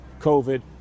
COVID